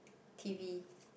T V